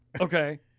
Okay